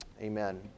Amen